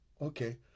Okay